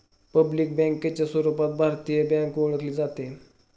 public बँकेच्या रूपात भारतीय बँक ओळखली जाते